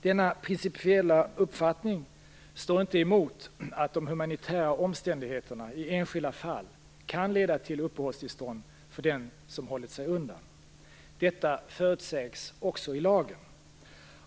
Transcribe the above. Denna principiella uppfattning står inte i motsättning till att de humanitära omständigheterna i enskilda fall kan leda till uppehållstillstånd för den som hållit sig undan. Detta förutsägs också i lagen.